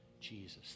Jesus